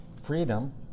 Freedom